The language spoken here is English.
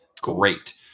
Great